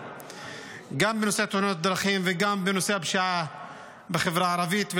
גם בנושא תאונות הדרכים וגם בנושא הפשיעה בחברה הערבית.